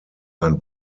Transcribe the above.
ein